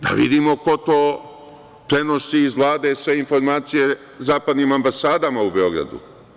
Da vidimo ko to prenosi iz Vlade sve informacije zapadnim ambasadama u Beogradu.